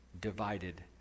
divided